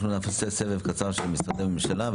נעשה סבב קצר של משרדי ממשלה,